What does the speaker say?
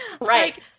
Right